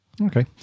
Okay